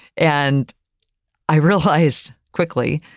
and i realized, quickly,